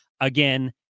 again